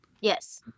Yes